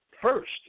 first